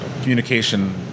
communication